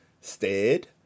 stead